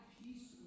peace